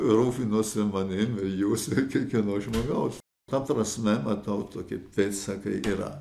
rūpinosi manim jūs ir kai kieno žmogaus ta prasme matau tokie pėdsakai yra